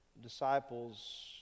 disciples